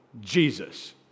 Jesus